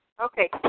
Okay